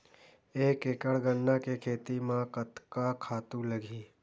एक एकड़ गन्ना के खेती म कतका खातु लगही?